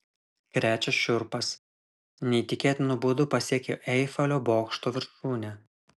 krečia šiurpas neįtikėtinu būdu pasiekė eifelio bokšto viršūnę